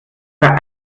ihrer